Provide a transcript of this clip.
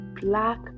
black